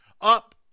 up